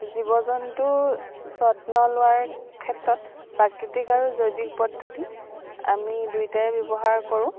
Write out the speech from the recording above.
জীৱ জন্তুৰ যত্ন লোৱাৰ ক্ষেত্ৰত প্ৰাকৃতিক আৰু জৈৱিক পদ্ধতি আমি দুয়োটাই ব্যৱহাৰ কৰোঁ